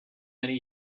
many